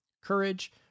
courage